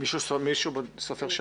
מי נגד?